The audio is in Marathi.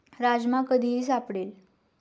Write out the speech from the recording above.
राजमा कधीही सापडेल